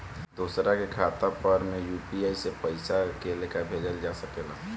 दोसरा के खाता पर में यू.पी.आई से पइसा के लेखाँ भेजल जा सके ला?